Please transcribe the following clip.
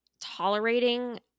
tolerating